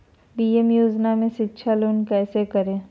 PM योजना में शिक्षा लोन कैसे करें?